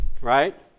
right